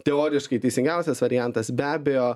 teoriškai teisingiausias variantas be abejo